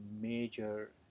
major